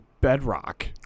bedrock